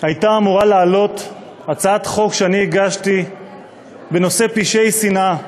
הייתה אמורה לעלות הצעת חוק שאני הגשתי בנושא פשעי שנאה.